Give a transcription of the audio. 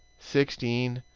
sixteen.